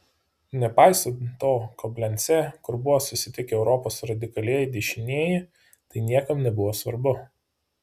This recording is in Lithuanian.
nepaisant to koblence kur buvo susitikę europos radikalieji dešinieji tai niekam nebuvo svarbu